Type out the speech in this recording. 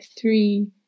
three